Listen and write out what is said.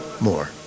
more